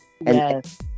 Yes